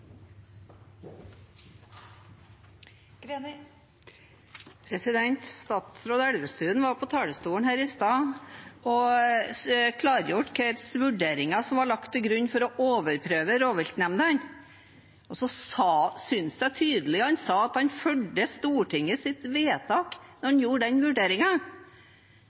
Statsråd Elvestuen var på talerstolen her i stad og klargjorde hva slags vurderinger som var lagt til grunn for å overprøve rovviltnemndene. Jeg syntes tydelig han sa at han fulgte Stortingets vedtak når han gjorde den